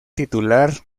titular